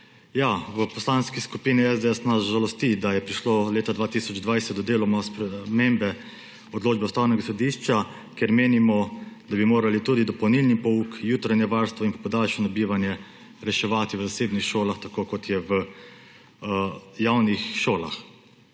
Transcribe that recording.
v Poslanski skupini SDS nas žalosti, da je prišlo leta 2020 deloma spremembe odločbe Ustavnega sodišča, ker menimo, da bi morali tudi dopolnilni pouk, jutranje varstvo in podaljšano bivanje reševati v zasebnih šolah tako, kot je v javnih šolah.